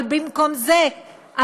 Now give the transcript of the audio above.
אבל במקום זה,